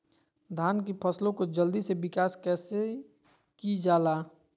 धान की फसलें को जल्दी से विकास कैसी कि जाला?